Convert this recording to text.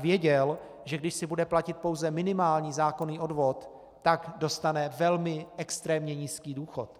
věděl, že když si bude platit pouze minimální zákonný odvod, tak dostane velmi extrémně nízký důchod.